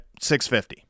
650